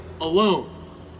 alone